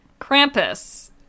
Krampus